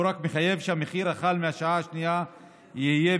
הוא רק מחייב שהמחיר החל מהשעה השנייה יהיה